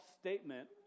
statement